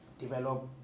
develop